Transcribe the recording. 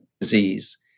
disease